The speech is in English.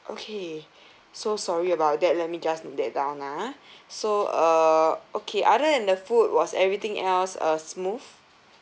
okay so sorry about that let me just note that down ah so uh okay other than the food was everything else uh smooth